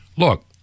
Look